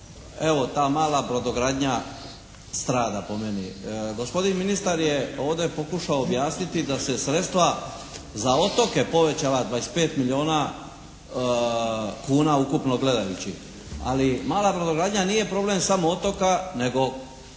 evo ta mala brodogradnja strada po meni? Gospodin ministar je ovdje pokušao objasniti da se sredstva za otoke povećala 25 milijuna kuna ukupno gledajući, ali mala brodogradnja nije problem samo otoka nego